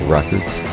Records